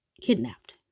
kidnapped